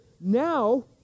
Now